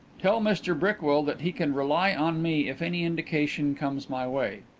tell mr brickwill that he can rely on me if any indication comes my way.